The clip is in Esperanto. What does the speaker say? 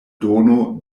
dono